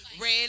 Red